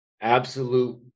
absolute